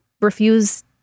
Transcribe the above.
refuse